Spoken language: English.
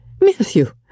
Matthew